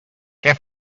què